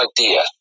idea